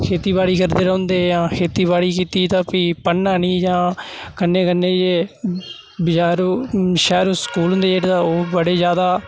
खेती बाड़ी करदे रौंह्दे या खेती बाड़ी कीती ते भी पढ़ना निं या कन्नै कन्नै जे बजारूं शैह्रूं स्कूल होंदे जेह्ड़े ओह् बड़े जादा